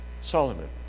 Solomon